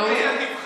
לוועדת הכספים.